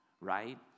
right